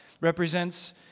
represents